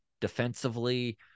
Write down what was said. defensively